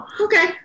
okay